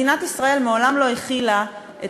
מדינת ישראל מעולם לא החילה את